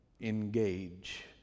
engage